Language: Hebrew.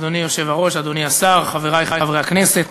אדוני היושב-ראש, אדוני השר, חברי חברי הכנסת,